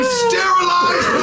sterilized